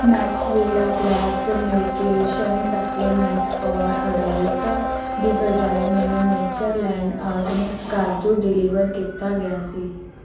Maxvida balanced nutrition supplement for adult ਦੀ ਬਜਾਏ ਮੈਨੂੰ ਨੇਚਰਲੈਂਡ ਆਰਗੈਨਿਕਸ ਕਾਜੂ ਡਿਲੀਵਰ ਕੀਤਾ ਗਿਆ ਸੀ